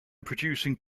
producing